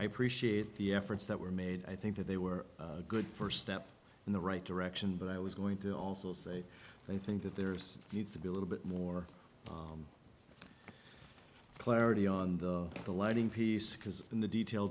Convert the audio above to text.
i appreciate the efforts that were made i think that they were a good first step in the right direction but i was going to also say they think that there's needs to be a little bit more clarity on the the lighting piece because in the detail